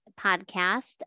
podcast